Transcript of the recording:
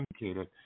indicated